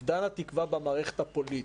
אובדן התקווה במערכת הפוליטית,